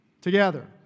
together